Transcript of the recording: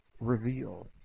reveal